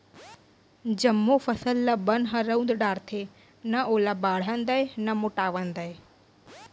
जमो फसल ल बन ह रउंद डारथे, न ओला बाढ़न दय न मोटावन दय